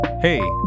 Hey